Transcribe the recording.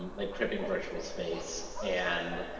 like cripping virtual space. and